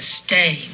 stay